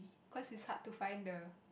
cause it's hard to find the